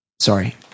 Sorry